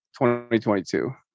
2022